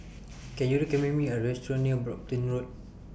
Can YOU recommend Me A Restaurant near Brompton Road